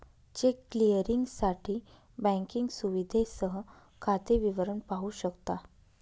check क्लिअरिंगसाठी banking सुविधेसह खाते विवरण पाहू शकता